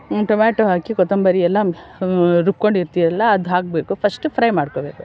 tomato ಹಾಕಿ ಕೊತ್ತೊಂಬರಿ ಎಲ್ಲ ರುಬ್ಕೊಂಡು ಇರ್ತೀವಲ್ಲ ಅದು ಹಾಕಬೇಕು ಫಸ್ಟ್ ಫ್ರೈ ಮಾಡ್ಕೋಬೇಕು